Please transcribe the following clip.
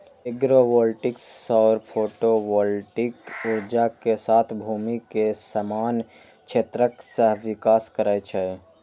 agrovoltaics सौर photovoltaic ऊर्जा के साथ भूमि के समान क्षेत्रक सहविकास करै छै